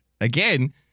again